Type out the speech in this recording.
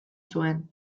zuen